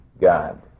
God